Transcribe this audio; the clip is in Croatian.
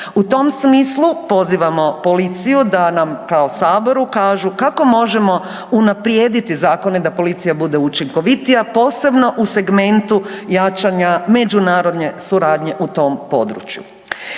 U tom smislu pozivamo policiju da nam kao saboru kažu kako možemo unaprijediti zakone da policija bude učinkovitija posebno u segmentu jačanja međunarodne suradnje u tom području.